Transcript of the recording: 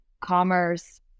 commerce